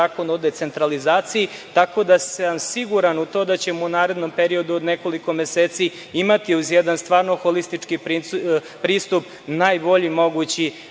zakon o decentralizaciji, tako da sam siguran u to da ćemo u narednom periodu od nekoliko meseci imati uz jedan stvarno holistički pristup najbolja moguća